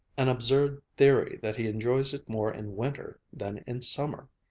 an absurd theory that he enjoys it more in winter than in summer.